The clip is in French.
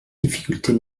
difficultés